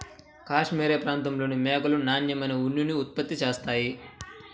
cashmere ప్రాంతంలోని మేకలు నాణ్యమైన ఉన్నిని ఉత్పత్తి చేస్తాయి